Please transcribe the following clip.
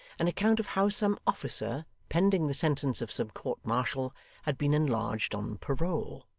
an account of how some officer pending the sentence of some court-martial had been enlarged on parole,